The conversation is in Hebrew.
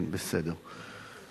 כן, בסדר.